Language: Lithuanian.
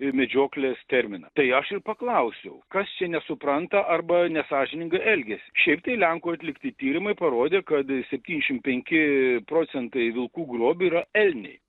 medžioklės terminą tai aš ir paklausiau kas čia nesupranta arba nesąžiningai elgiasi šiaip tai lenkų atlikti tyrimai parodė kad septyniasdešimt penki procentai vilkų grobių yra elniai